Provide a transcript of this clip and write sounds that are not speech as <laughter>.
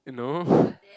no <breath>